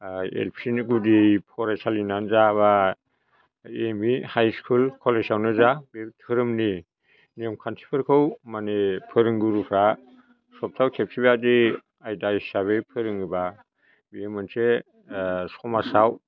एलपिनि गुदि फरायसालिनानो जा बा एमइ हाइस्कुल कलेजावनो जा धोरोमनि नेमखान्थिफोरखौ माने फोरोंगुरुफ्रा सप्तायाव खेबसेबादि आयदा हिसाबै फोरोङोबा बेयो मोनसे समाजाव